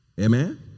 Amen